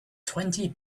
twenty